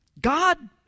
God